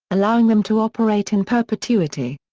allowing them to operate in perpetuity.